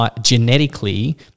Genetically